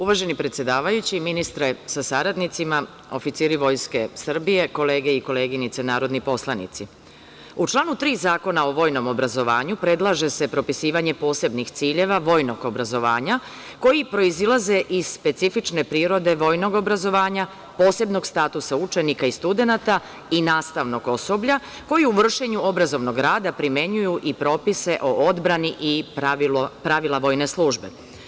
Uvaženi predsedavajući, ministre sa saradnicima, oficiri Vojske Srbije, kolege i koleginice narodni poslanici, u članu 3. Zakona o vojnom obrazovanju predlaže se propisivanje posebnih ciljeva vojnog obrazovanja koji proizilaze iz specifične prirode vojnog obrazovanja, posebnog statusa učenika i studenata i nastavnog osoblja koji u vršenju obrazovnog rada primenjuju i propise o odbrani i pravila vojne službe.